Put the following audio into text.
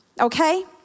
okay